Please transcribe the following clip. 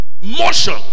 motion